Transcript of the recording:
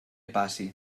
passi